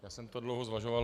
Já jsem to dlouho zvažoval.